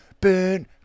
Burn